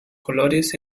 colores